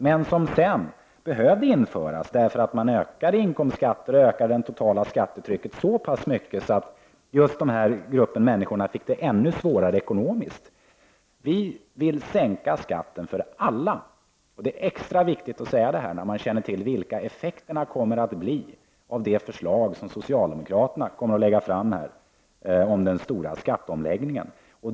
Men det behövdes senare, därför att man ökade inkomstskatten och ökade det totala skattetrycket så pass mycket att just denna grupp människor fick det ännu svårare ekonomiskt. Vi moderater vill sänka skatten för alla. Det är extra viktigt att säga detta när man känner till vilka effekterna kommer att bli av det förslag som socialdemokraterna kommer att lägga fram beträffande den stora skatteomläggningen.